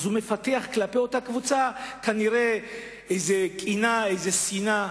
מפתח כלפי אותה קבוצה כנראה קנאה, שנאה.